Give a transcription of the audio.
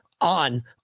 on